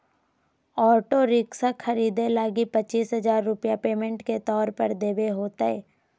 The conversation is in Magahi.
ऑटो रिक्शा खरीदे लगी पचीस हजार रूपया पेमेंट के तौर पर देवे होतय